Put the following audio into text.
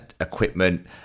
equipment